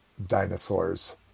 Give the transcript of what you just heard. Dinosaurs